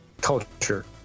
culture